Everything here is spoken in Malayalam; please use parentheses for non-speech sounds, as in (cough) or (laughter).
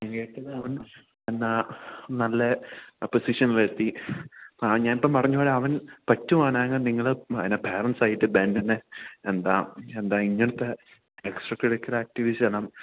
ഞാന് കേട്ടത് അവൻ എന്ന നല്ല പൊസിഷൻ വരുത്തി ആ ഞാൻ ഇപ്പം പറഞ്ഞപോലെ അവൻ പറ്റുവാണെങ്കിൽ നിങ്ങൾ പാരൻസായിട്ട് ബെന്നിനെ എന്താ എന്താ ഇങ്ങനെത്തെ എക്സ്ട്രാ കരിക്കുലർ ആക്ടിവീസ് (unintelligible)